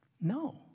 No